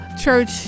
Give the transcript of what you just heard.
church